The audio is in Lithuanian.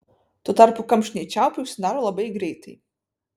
tuo tarpu kamštiniai čiaupai užsidaro labai greitai